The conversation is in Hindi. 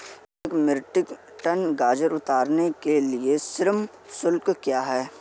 एक मीट्रिक टन गाजर उतारने के लिए श्रम शुल्क क्या है?